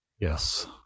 Yes